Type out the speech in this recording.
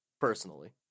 personally